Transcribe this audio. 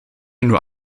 nur